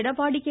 Edappadi K